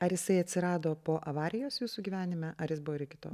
ar jisai atsirado po avarijos jūsų gyvenime ar jis buvo ir iki tol